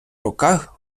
руках